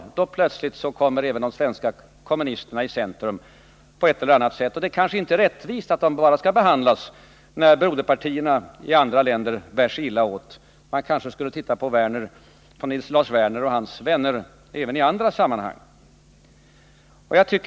Då kommer plötsligt de svenska kommunisterna i centrum på ett eller annat sätt. Men det kanske inte är rättvist att de bara skall uppmärksammas när broderpartierna i andra länder bär sig illa åt. Man skulle kanske granska vad Lars Werner och hans vänner gör även i andra sammanhang.